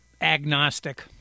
agnostic